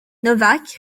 novak